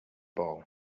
ball